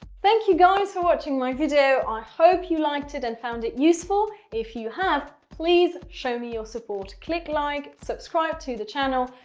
thank you guys for watching my video. i hope you liked it and found it useful. if you have, please show me your support. click like, subscribe to the channel.